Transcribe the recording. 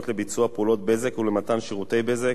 לביצוע פעולות בזק ולמתן שירותי בזק,